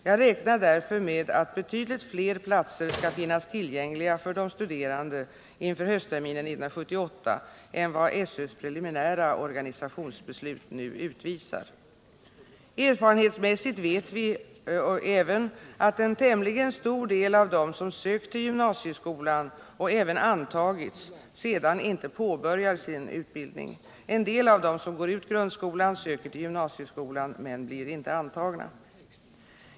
Jag räknar därför med att betydligt fler platser skall finnas tillgängliga för de studerande inför höstterminen 1978 än vad SÖ:s preliminära organisationsbeslut nu utvisar. Erfarenhetsmässigt vet vi även att en tämligen stor del av dem som sökt till gymnasieskolan och även antagits sedan inte påbörjat sin utbildning. En del av dem som går ut grundskolan söker till gymnasieskolan men blir inte antagna.